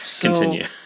Continue